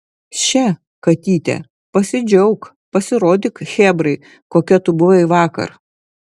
še katyte pasidžiauk pasirodyk chebrai kokia tu buvai vakar